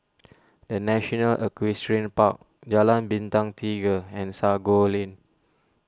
the National Equestrian Park Jalan Bintang Tiga and Sago Lane